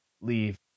leave